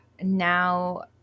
now